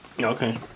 Okay